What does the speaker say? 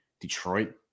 Detroit